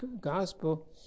gospel